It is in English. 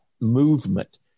movement